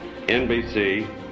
NBC